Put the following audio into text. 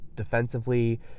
defensively